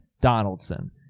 Donaldson